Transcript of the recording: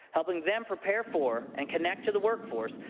helping them prepare for and connect to the work force,